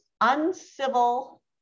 uncivil